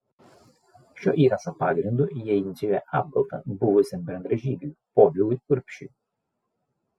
šio įrašo pagrindu jie inicijuoja apkaltą buvusiam bendražygiui povilui urbšiui